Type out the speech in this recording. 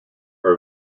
are